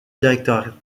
directeur